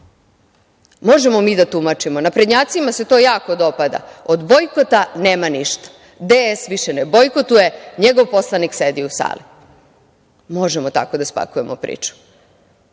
Možemo mi da tumačimo, naprednjacima se to jako dopada, od bojkota nema ništa, DS više ne bojkotuje, njegov poslanik sedi u sali. Možemo tako da spakujemo priču. Ali,